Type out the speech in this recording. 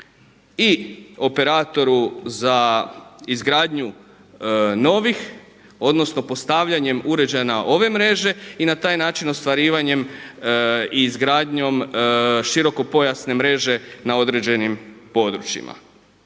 i operatoru za izgradnju novih odnosno postavljanjem uređaja na ove mreže i na taj način ostvarivanjem i izgradnjom širokopojasne mreže na određenim područjima.